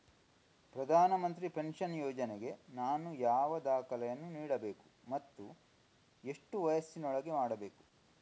ಪ್ರಧಾನ ಮಂತ್ರಿ ಪೆನ್ಷನ್ ಯೋಜನೆಗೆ ನಾನು ಯಾವ ದಾಖಲೆಯನ್ನು ನೀಡಬೇಕು ಮತ್ತು ಎಷ್ಟು ವಯಸ್ಸಿನೊಳಗೆ ಮಾಡಬೇಕು?